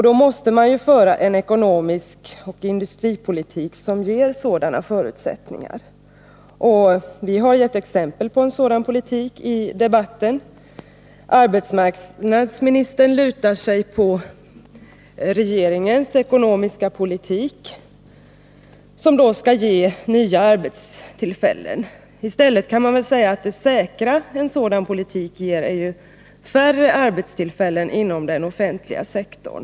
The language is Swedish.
Då måste man föra en ekonomisk politik och en industripolitik som ger förutsättningar för det. Vi har i debatten givit exempel på hur en sådan politik skulle se ut. Arbetsmarknadsministern stöder sig på regeringens ekonomiska politik, som han säger skall ge nya arbetstillfällen. Det enda säkra resultatet av den politiken är färre arbetstillfällen inom den offentliga sektorn.